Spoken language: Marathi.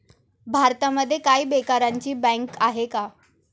भारतामध्ये काय बेकारांची बँक आहे का?